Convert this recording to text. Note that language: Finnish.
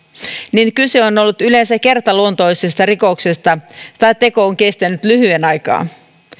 kyse on on ollut yleensä kertaluontoisesta rikoksesta tai teko on kestänyt lyhyen aikaa